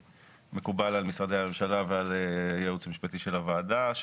שמקובל על משרדי הממשלה ועל הייעוץ המשפטי של הוועדה.